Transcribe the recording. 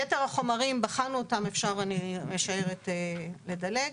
יתר החומרים בחנו אותם, אני משערת שאפשר לדלג.